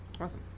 Awesome